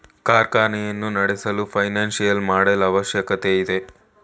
ಕಾರ್ಖಾನೆಯನ್ನು ನಡೆಸಲು financial model ಅವಶ್ಯಕತೆ ಇದೆ